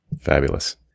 Fabulous